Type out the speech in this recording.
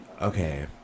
Okay